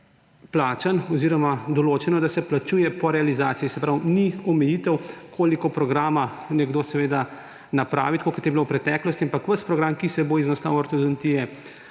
plačan oziroma je bilo določeno, da se plačuje po realizaciji. Se pravi, ni omejitev, koliko programa nekdo napravi, tako kot je bilo v preteklosti, ampak ves program, ki se bo iz naslova ortodontije